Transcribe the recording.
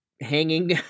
hanging